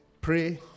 Pray